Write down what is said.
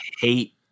hate